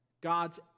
God's